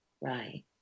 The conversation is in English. Right